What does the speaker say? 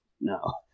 No